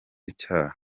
icyaha